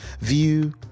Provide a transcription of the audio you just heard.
view